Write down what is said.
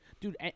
Dude